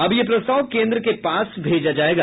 अब यह प्रस्ताव केन्द्र के पास भेजा जायेगा